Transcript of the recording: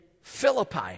Philippi